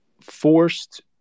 forced